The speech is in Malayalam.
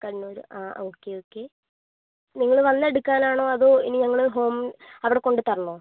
കണ്ണൂര് ആ ഓക്കേ ഓക്കേ നിങ്ങള് വന്ന് എടുക്കാനാണോ അതോ ഇനി ഞങ്ങള് ഹോം അവിട കൊണ്ട തരണോ